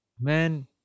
man